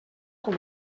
com